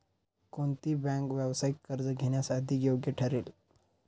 कोणती बँक व्यावसायिक कर्ज घेण्यास अधिक योग्य ठरेल?